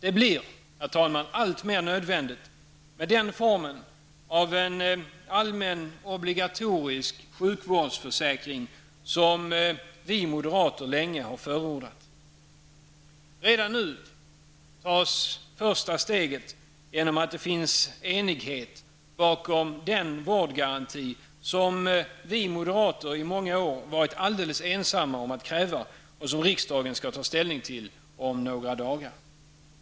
Det blir alltmer nödvändigt med den form av en allmän obligatorisk sjukvårdsförsäkring som vi moderater länge har förordat. Redan nu tas första steget genom att det finns enighet bakom den vårdgaranti som vi moderater i många år varit ensamma om att kräva och som riksdagen skall ta ställning till om några dagar.